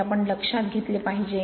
ते आपण लक्षात घेतले पाहिजे